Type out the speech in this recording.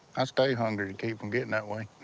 i stay hungry to keep from getting that way.